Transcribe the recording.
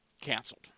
canceled